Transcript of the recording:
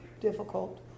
difficult